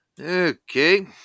Okay